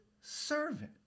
servant